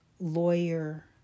lawyer